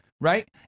right